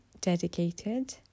dedicated